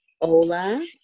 Ola